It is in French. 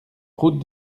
route